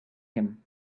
him